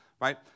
right